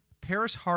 Paris